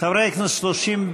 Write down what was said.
סלימאן,